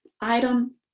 item